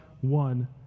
one